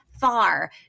far